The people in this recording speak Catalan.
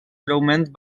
breument